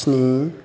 स्नि